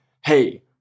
hey